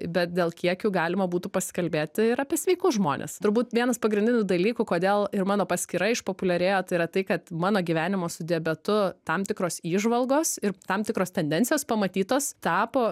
bet dėl kiekių galima būtų pasikalbėti ir apie sveikus žmones turbūt vienas pagrindinių dalykų kodėl ir mano paskyra išpopuliarėjo tai yra tai kad mano gyvenimo su diabetu tam tikros įžvalgos ir tam tikros tendencijos pamatytos tapo